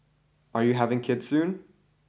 are you having kids soon